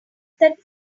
that